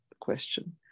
question